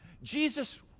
jesus